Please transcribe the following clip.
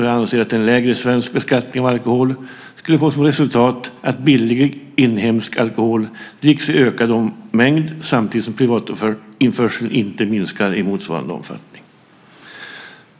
Jag anser att en lägre svensk beskattning av alkohol skulle få till resultat att billig inhemsk alkohol dricks i ökad mängd samtidigt som privat införsel inte minskar i motsvarande omfattning.